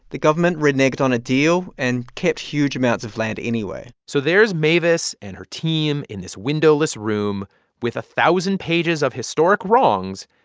the government reneged on a deal and kept huge amounts of land anyway so there's mavis and her team in this windowless room with a thousand pages of historic wrongs.